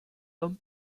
homme